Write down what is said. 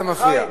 ואתה מפריע.